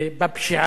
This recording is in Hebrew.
בפשיעה,